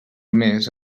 més